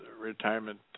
retirement